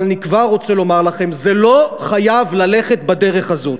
אבל אני כבר רוצה לומר לכם שזה לא חייב ללכת בדרך הזאת.